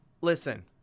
Listen